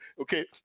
okay